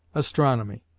astronomy.